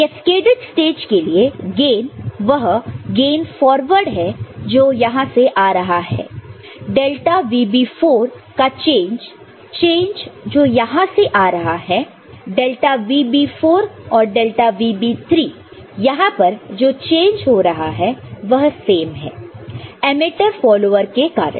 cascaded stage के लिए gain वह गेन फॉरवर्ड है जो यहां से आ रहा है डेल्टा VB4 का चेंज चेंज जो यहां से आ रहा है डेल्टा VB4 और डेल्टा VB3 यहां पर जो चेंज हो रहा है वह सेम है एमिटर फॉलोअर के कारण